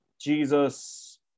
Jesus